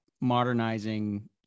modernizing